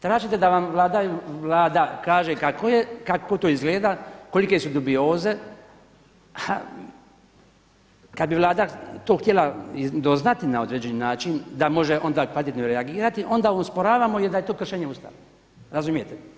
Tražite da vam Vlada kaže kako je, kako to izgleda, kolike su dubioze, ha kada bi Vlada to htjela doznati na određeni način da može onda … reagirati onda usporavamo jer da je to kršenje Ustava, razumijete.